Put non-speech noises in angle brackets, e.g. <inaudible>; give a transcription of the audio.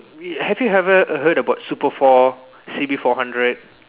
<noise> have you ever heard about super four C D four hundred